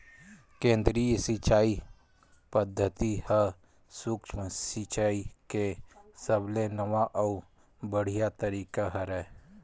केदरीय सिचई पद्यति ह सुक्ष्म सिचाई के सबले नवा अउ बड़िहा तरीका हरय